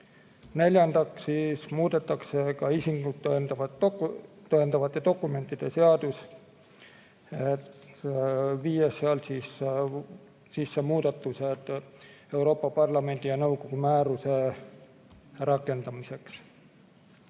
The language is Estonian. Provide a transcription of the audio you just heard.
Neljandaks muudetakse ka isikut tõendavate dokumentide seadust, viies sisse muudatused Euroopa Parlamendi ja nõukogu määruse rakendamiseks. Selle